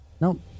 Nope